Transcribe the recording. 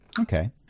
Okay